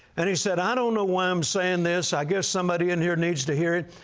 and he said, i don't know why i'm saying this. i guess somebody in here needs to hear it.